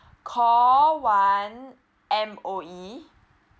call one M_O_E